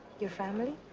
your family?